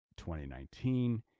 2019